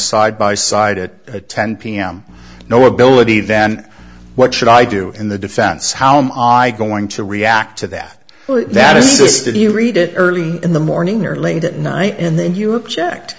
side by side it ten pm no ability then what should i do in the defense how am i going to react to that that assisted you read it early in the morning or late at night and then you object